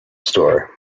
store